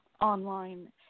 online